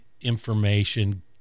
information